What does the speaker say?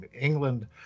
England